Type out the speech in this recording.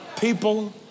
People